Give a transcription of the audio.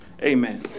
Amen